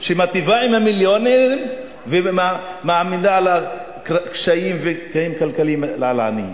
שמיטיבה עם המיליונרים ומעמידה קשיים בתנאים כלכליים לעניים.